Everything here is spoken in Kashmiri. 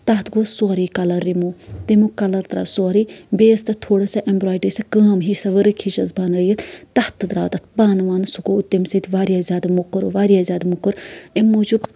تَتھ گوٚو سورُے کَلر رِمو تَمیُک کَلر درٛاو سورُے بیٚیہِ ٲسۍ تَتھ تھوڑا سۄ ایمبراڑری سۄ کٲم ہِش سۄ ؤرٕک ہِش ٲس بَنٲیِتھ تَتھ تہِ درٛاو تتھ پَن ون سُہ گوٚو تَمہِ سۭتۍ واریاہ زیادٕ موٚکُر واریاہ زیادٕ موٚکُر اَمہِ موٗجوٗب